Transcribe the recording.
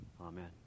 Amen